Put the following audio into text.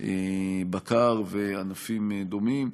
בקר וענפים דומים.